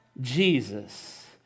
Jesus